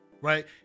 right